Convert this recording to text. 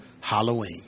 Halloween